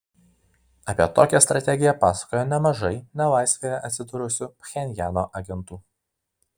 apie tokią strategiją pasakojo nemažai nelaisvėje atsidūrusių pchenjano agentų